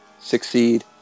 succeed